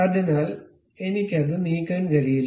അതിനാൽ എനിക്ക് അത് നീക്കാൻ കഴിയില്ല